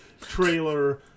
trailer